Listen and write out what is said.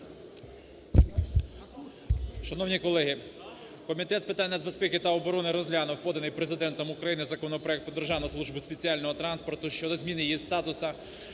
Шановні колеги, Комітет з питань нацбезпеки та оборони розглянув поданий Президентом України законопроект "Про Державну службу спеціального транспорту" щодо зміни її статусу,